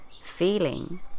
feeling